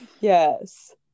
yes